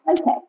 Okay